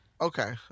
Okay